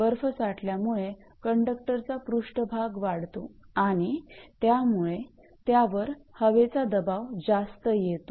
बर्फ साठल्यामुळे कंडक्टरचा पृष्ठभाग वाढतो आणि त्यामुळे त्यावर हवेचा दबाव जास्त येतो